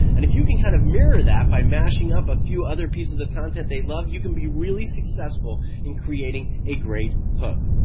and if you can kind of mirror that by mashing up a few other pieces of content they love you can be really successful in creating a great hook.